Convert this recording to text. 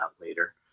later